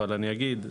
אבל אני אגיד,